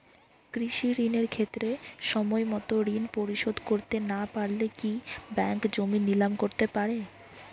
কৃষিঋণের ক্ষেত্রে সময়মত ঋণ পরিশোধ করতে না পারলে কি ব্যাঙ্ক জমি নিলাম করতে পারে?